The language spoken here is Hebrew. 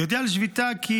היא הודיעה על שביתה, כי